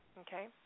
okay